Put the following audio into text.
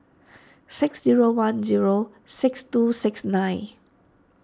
six zero one zero six two six nine